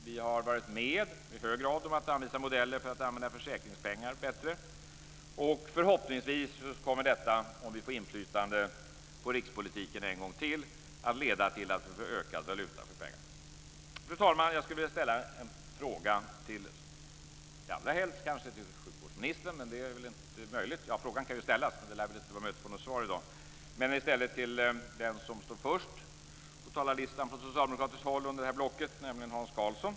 Vi har i hög grad varit med om att anvisa modeller för att använda försäkringspengar bättre. Förhoppningsvis kommer detta, om vi får inflytande på rikspolitiken en gång till, att leda till att vi får ökad valuta för pengarna. Fru talman! Jag skulle vilja ställa en fråga allra helst till sjukvårdsministern, men det är väl inte möjligt. Ja, frågan kan ju ställas, men det lär väl inte vara möjligt att få något svar i dag. Jag ställer den till den som står först på talarlistan från socialdemokratiskt håll under det här blocket, nämligen Hans Karlsson.